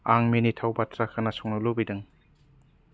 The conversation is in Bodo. आं मिनिथाव बाथ्रा खोनासंनो लुबैदों